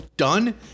done